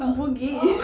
uh orh